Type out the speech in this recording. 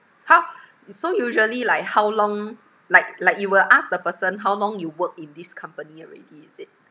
how so usually like how long like like you will ask the person how long you work in this company already is it